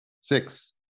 Six